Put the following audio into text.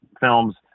films